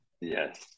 Yes